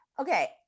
Okay